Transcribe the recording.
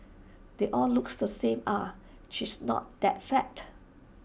they all look the same ah she's not that fat